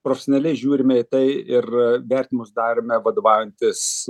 profesionaliai žiūrime į tai ir vertinimus darome vadovaujantis